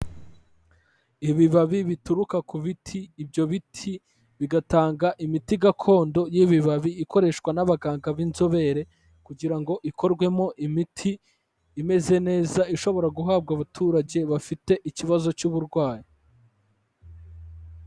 Ibibabi bituruka ku biti, ibyo biti bigatanga imiti gakondo y'ibibabi ikoreshwa n'abaganga b'inzobere kugira ngo ikorwemo imiti imeze neza, ishobora guhabwa abaturage bafite ikibazo cy'uburwayi.